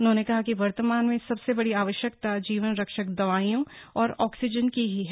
उन्होंने कहा कि वर्तमान में सबसे बड़ी आवश्यकता जीवन रक्षक दवाइयों और ऑक्सीजन की ही है